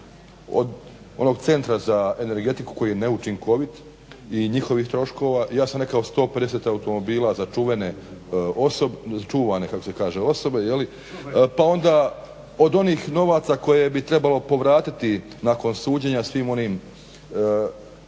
od onog centra za energetiku koji je neučinkovit i njihovih troškova, ja sam rekao 150 automobila za čuvane osobe pa onda od onih novaca koje bi trebalo povratiti nakon suđenja svima onima